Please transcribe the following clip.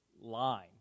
line